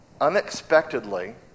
unexpectedly